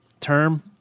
term